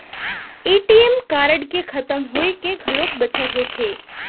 ATM card के खतम होए के घलोक बछर होथे